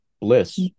bliss